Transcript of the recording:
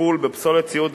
וטיפול בפסולת ציוד